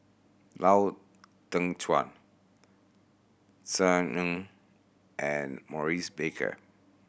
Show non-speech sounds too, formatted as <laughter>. Lau Teng Chuan <unintelligible> Ng and Maurice Baker